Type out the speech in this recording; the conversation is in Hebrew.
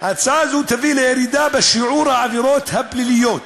הצעה זו תביא לירידה בשיעור העבירות הפליליות